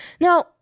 Now